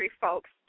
folks